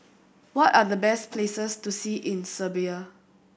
what are the best places to see in Serbia